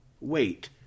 Wait